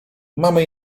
mamy